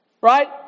Right